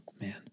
man